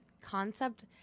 concept